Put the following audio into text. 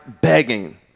begging